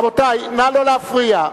רבותי, נא לא להפריע.